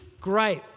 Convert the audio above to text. great